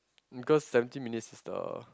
because seventy minutes is the